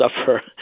suffer